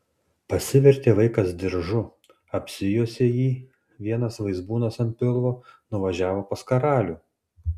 pasivertė vaikas diržu apsijuosė jį vienas vaizbūnas ant pilvo nuvažiavo pas karalių